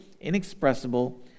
inexpressible